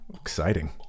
Exciting